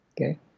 Okay